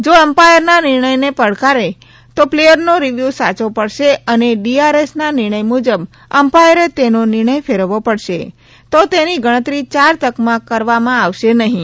જો અમ્પાયરના નિર્ણયને પડકાર તો પ્લેયરનો રીવ્યુ સાયો પડશે અને ડી આર એસ ના નિર્ણય મુજબ અમ્પાયરે તેનો નિર્ણય ફેરવો પડશે તો તેની ગણતરી ચાર તકમાં કરવામાં આવશે નહીં